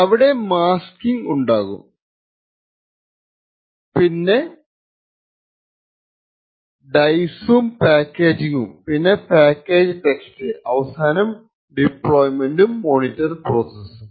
അവിടെ മാസ്കിങ് ഉണ്ടാകും പിന്നെ ഡൈസും പാക്കേജിങും പിന്നെ പാക്കേജ്ഡ് ടെക്സ്റ്റ് അവസാനം ഡിപ്ലോയ്മെന്റും മോണിറ്റർ പ്രോസസ്സും